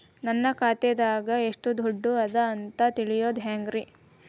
ನನ್ನ ಖಾತೆದಾಗ ಎಷ್ಟ ದುಡ್ಡು ಅದ ಅಂತ ತಿಳಿಯೋದು ಹ್ಯಾಂಗ್ರಿ?